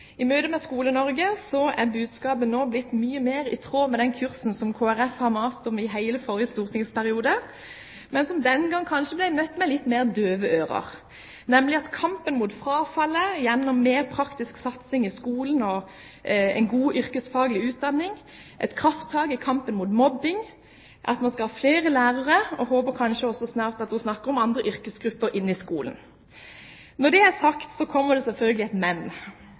I møte med Skole-Norge er budskapet nå mye mer i tråd med den kursen Kristelig Folkeparti maste om i hele forrige stortingsperiode, men som kanskje den gang ble møtt med litt mer døve ører, nemlig kampen mot frafallet gjennom mer praktisk satsing i skolen og en god yrkesfaglig utdanning, et krafttak i kampen mot mobbing – og at man skal ha flere lærere. Jeg håper at hun snart kanskje også snakker om å få andre yrkesgrupper inn i skolen. Når det er sagt, kommer det selvfølgelig et